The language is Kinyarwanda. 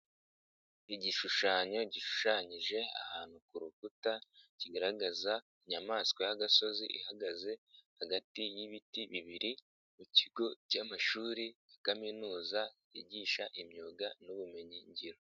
Igishushanyo gishushanyije ahantu ku rukuta kigaragaza inyamaswa y'agasozi ihagaze hagati y'ibiti bibiri, mu kigo cy'amashuri ya kaminuza yigisha imyuga n'ubumenyingiro.